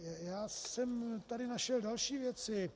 Já jsem tady našel další věci.